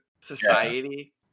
society